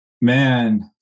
Man